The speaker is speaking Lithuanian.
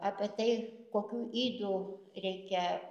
apie tai kokių ydų reikia